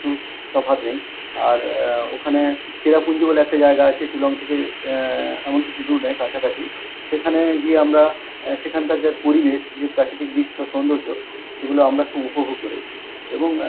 খাওয়া দাওয়া সেমন কিছু তফাৎ নেই আর ওখানে চেরাপুঞ্জি বলে একটা জায়গা আছে শিলং থেকে এমন কিছু দূর নয় কাছাকাছি সেখানে গিয়ে আমরা সেখানকার যে পরিবেশ যে প্রাকৃতিক দৃশ্য সৌন্দর্য সেগুলো আমরা খুব উপভোগ করেছি এবং